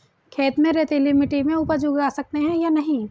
खेत में रेतीली मिटी में उपज उगा सकते हैं या नहीं?